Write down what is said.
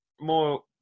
more